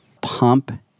pump